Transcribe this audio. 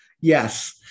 yes